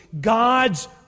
God's